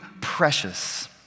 precious